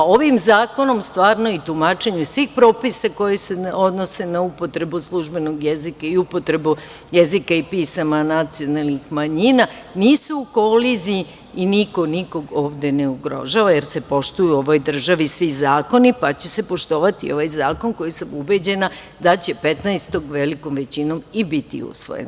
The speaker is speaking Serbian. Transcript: Ovim zakonom i tumačenjem svih propisa koji se odnose na upotrebu službenog jezika i upotrebu jezika i pisama nacionalnih manjina, nisu u koliziji i niko nikog ovde ne ugrožava, jer se poštuju u ovoj državi svi zakoni, pa će se poštovati ovaj zakon, koji sam ubeđena, da će 15. velikom većinom biti usvojen.